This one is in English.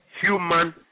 human